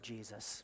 Jesus